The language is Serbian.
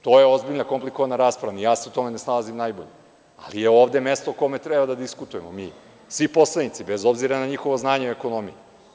To je ozbiljna komplikovana rasprava, ni ja se u tome ne snalazim najbolje, ali je ovde mesto u kome treba da diskutujemo mi, svi poslanici, bez obzira na njihovo znanje o ekonomiji.